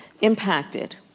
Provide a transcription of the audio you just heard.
impacted